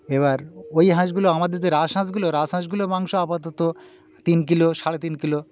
এবার ওই হাঁসগুলো আমাদের যে রাজহাঁসগুলো রাজহাঁসগুলোর মাংস আপাতত তিন কিলো সাড়ে তিন কিলো